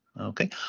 Okay